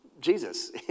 Jesus